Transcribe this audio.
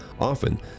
Often